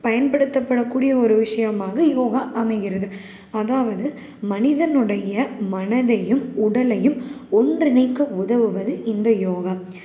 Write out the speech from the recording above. பயன்படுத்தப்படக்கூடிய ஒரு விஷயமாக யோகா அமைகிறது அதாவது மனிதனுடைய மனதையும் உடலையும் ஒன்றிணைக்க உதவுவது இந்த யோகா